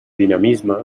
dinamisme